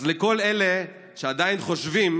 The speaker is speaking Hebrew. אז לכל אלה שעדיין חושבים